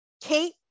Kate